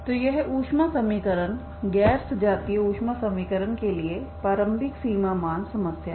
तो यह ऊष्मा समीकरण गैर सजातीय ऊष्मा समीकरण के लिए प्रारंभिक सीमा मान समस्या है